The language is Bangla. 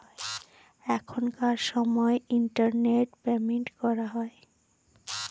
এখনকার সময় ইন্টারনেট পেমেন্ট করা হয়